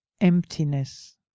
emptiness